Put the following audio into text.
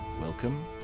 Welcome